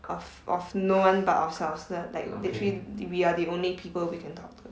of of no one but ourselves l~ like literally we are the only people we can talk to